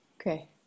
Okay